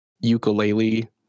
ukulele